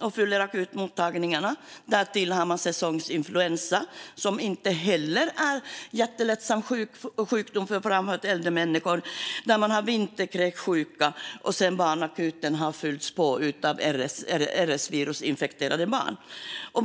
och fyller akutmottagningarna. Därtill har man säsongsinfluensa, som inte heller är någon jättelättsam sjukdom för framför allt äldre människor. Man har vinterkräksjuka, och barnakuten har fyllts på av RS-virusinfekterade barn.